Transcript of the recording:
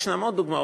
יש עוד דוגמאות,